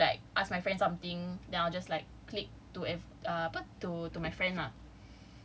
usually when I want to like ask my friends something then I'll just like click to apa to to my friend ah